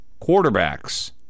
quarterbacks